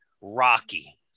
Rocky